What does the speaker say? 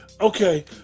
Okay